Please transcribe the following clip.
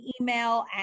email